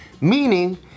meaning